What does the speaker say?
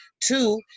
Two